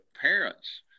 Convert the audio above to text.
parents